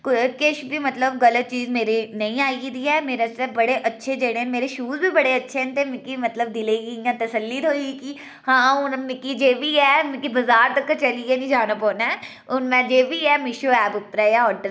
केश बी मतलब गलत चीज मेरी नेईं आई दी ऐ मेरे आस्तै बड़े अच्छे जेह्ड़े न मेरे शूज बी बड़े अच्छे न ते मिकी मतलब दिलै गी इयां तसल्ली थ्होई कि हां हून मिकी जे बी ऐ मिगी बजार तगर चलियै नीं जाना पौना ऐ हून मेैं जे ऐ मिशू ऐप परा गै आर्डर करनी